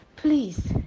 Please